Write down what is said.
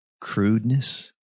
crudeness